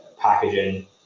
packaging